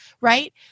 right